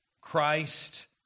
Christ